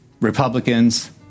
Republicans